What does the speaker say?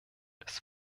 des